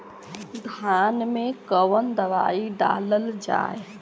धान मे कवन दवाई डालल जाए?